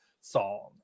song